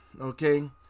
okay